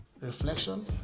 Reflection